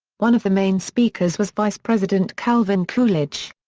one of the main speakers was vice president calvin coolidge.